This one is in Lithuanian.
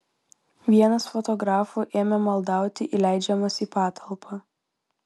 vienas fotografų ėmė maldauti įleidžiamas į patalpą